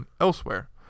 elsewhere